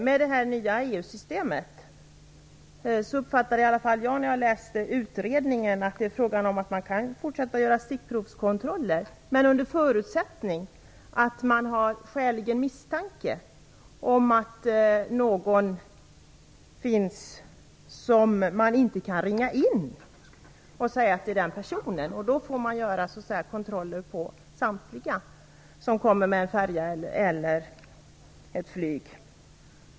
Med det nya EU-systemet kan man fortsätta att göra stickprovskontroller - så uppfattade i varje fall jag saken när jag läste utredningen - men då under förutsättning att man har skäligen misstanke om att det finns någon som man inte kan ringa in och säga att det är den personen. Då får man göra kontroller av samtliga som kommer med en färja eller ett flyg.